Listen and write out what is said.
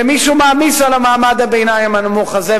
ומישהו מעמיס על מעמד הביניים הנמוך הזה,